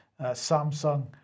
Samsung